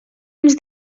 uns